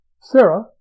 Sarah